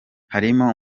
harimo